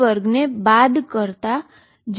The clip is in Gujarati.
જે hmv1 v2c2 થશે